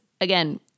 again